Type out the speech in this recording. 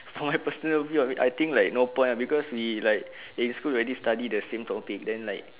for my personal view I think like no point ah because we like in school already study the same topic then like